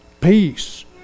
peace